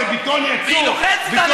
זה בטון יצוק.